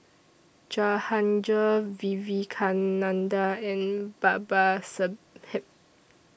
Jahangir Vivekananda and Babasaheb